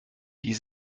wir